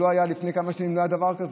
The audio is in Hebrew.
לפני כמה שנים לא היה דבר כזה.